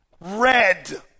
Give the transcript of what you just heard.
Red